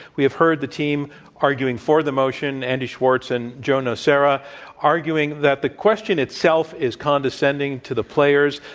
we have heard the team arguing for the motion, andy schwartz and joe nocera arguing that the question itself is condescending to the players,